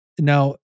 now